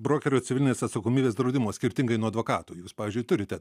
brokerių civilinės atsakomybės draudimo skirtingai nuo advokatų jūs pavyzdžiui turite